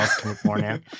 California